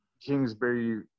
Kingsbury